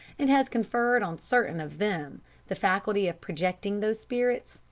and has conferred on certain of them the faculty of projecting those spirits,